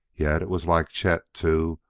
yet it was like chet, too,